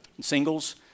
singles